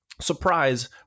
Surprise